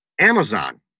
Amazon